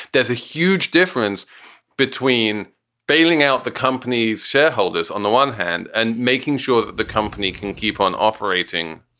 there's a huge difference between bailing out the companies shareholders on the one hand, and making sure that the company can keep on operating.